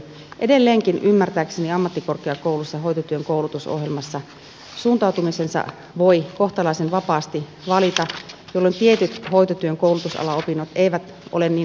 edelleenkin ymmärtääkseni ammattikorkeakouluissa hoitotyön koulutusohjelmassa suuntautumisensa voi kohtalaisen vapaasti valita jolloin tietyt hoitotyön koulutusalaopinnot eivät ole niin houkuttelevia